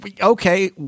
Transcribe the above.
okay